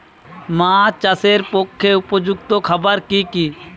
মাছ চাষের পক্ষে উপযুক্ত খাবার কি কি?